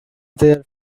their